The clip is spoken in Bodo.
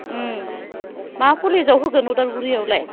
मा कलेजाव होगोन उदालगुरियावलाय